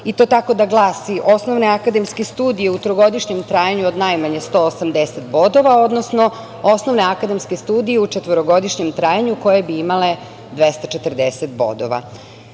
i to tako da glasi – osnovne akademske studije u trogodišnjem trajanju od najmanje 180 bodova, odnosno osnovne akademske sudije u četvorogodišnjem trajanju koje bi imale 240 bodova? Na